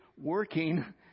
working